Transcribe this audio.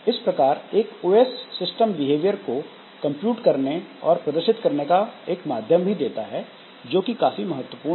इस प्रकार एक औएस सिस्टम बिहेवियर को कंप्यूट करने और प्रदर्शित करने का एक माध्यम भी देता है जो कि काफी महत्वपूर्ण है